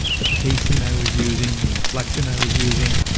the pacing i was using, the inflection i was using.